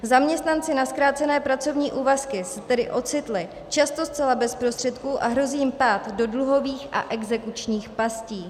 Zaměstnanci na zkrácené pracovní úvazky se tedy ocitli často zcela bez prostředků a hrozí jim pád do dluhových a exekučních pastí.